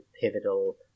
pivotal